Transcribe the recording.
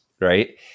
right